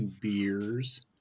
beers